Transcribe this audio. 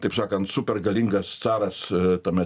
taip sakant super galingas caras tame